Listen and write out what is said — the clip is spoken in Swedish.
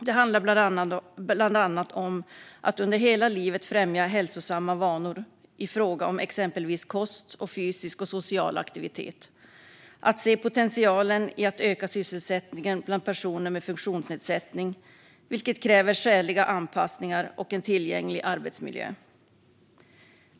Det handlar bland annat om att under hela livet främja hälsosamma vanor i fråga om exempelvis kost och fysisk och social aktivitet. Det handlar om att se potentialen i att öka sysselsättningen bland personer med funktionsnedsättning, vilket kräver skäliga anpassningar och en tillgänglig arbetsmiljö.